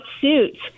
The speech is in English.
suits